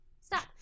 Stop